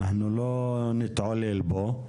אנחנו לא נתעלל בו.